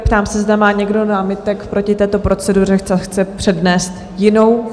Ptám se, zda má někdo námitek proti této proceduře a chce přednést jinou?